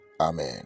amen